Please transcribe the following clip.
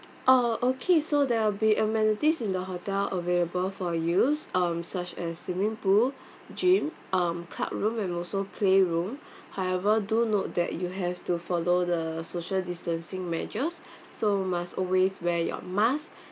oh okay so there'll be amenities in the hotel available for use um such as swimming pool gym um club room and also playroom however do note that you have to follow the social distancing measures so must always wear your mask